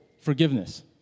forgiveness